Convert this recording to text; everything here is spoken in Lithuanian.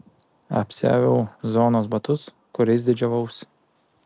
apsiaviau zonos batus kuriais didžiavausi